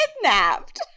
kidnapped